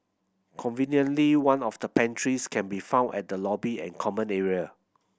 conveniently one of the pantries can be found at the lobby and common area